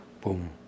boom